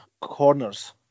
corners